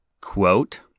Quote